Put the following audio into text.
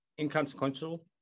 inconsequential